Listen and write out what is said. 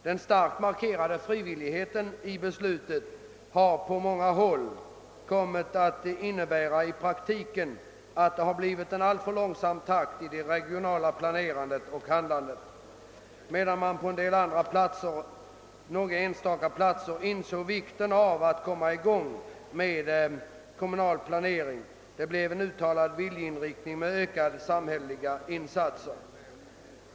Den starkt markerade frivilligheten i beslutet har på många håll i praktiken kommit att innebära en alltför långsam takt i det regionala planerandet och handlandet, under det att man på några enstaka platser insett vikten av att komma i gång med kommunal planering och visat en uttalad viljeinriktning mot ökade samhälleliga insatser.